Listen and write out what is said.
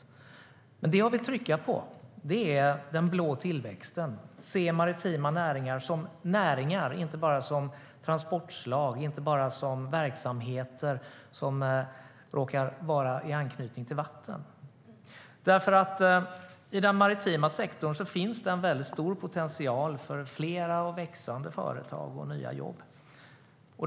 Men det som jag vill trycka på är den blå tillväxten, att man ska se maritima näringar som näringar och inte bara som transportslag och verksamheter som råkar vara i anknytning till vatten.I den maritima sektorn finns det stor potential för flera och växande företag och nya jobb.